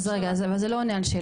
אז רגע, אבל זה לא עונה לשאלתי.